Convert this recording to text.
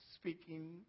speaking